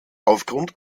aufgrund